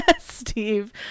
Steve